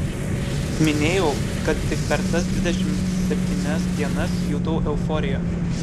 minėjau kad tik per tas dvidešimt septynias dienas jutau euforiją